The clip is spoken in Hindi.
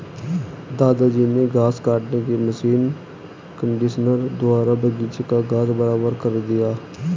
दादाजी ने घास काटने की मशीन कंडीशनर द्वारा बगीची का घास बराबर कर दिया